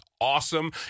awesome